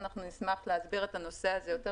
אנחנו נשמח להסביר את הנושא הזה יותר